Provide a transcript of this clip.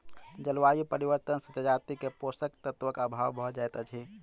जलवायु परिवर्तन से जजाति के पोषक तत्वक अभाव भ जाइत अछि